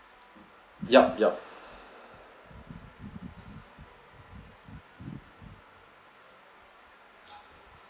yup yup